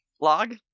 Log